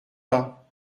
pas